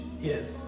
Yes